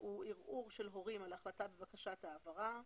72.ערעור של הורים על החלטה בבקשת העברה.